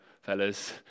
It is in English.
fellas